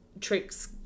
tricks